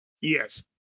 Yes